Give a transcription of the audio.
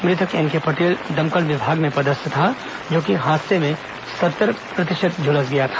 मृतक एनके पटेल दमकल विभाग में पदस्थ था जो कि हादसे में सत्तर प्रतिशत झुलस गया था